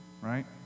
right